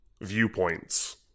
viewpoints